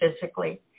physically